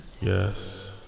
yes